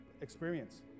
experience